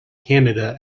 canada